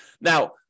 Now